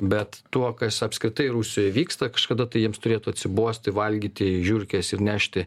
bet tuo kas apskritai rusijoj vyksta kažkada tai jiems turėtų atsibosti valgyti žiurkes ir nešti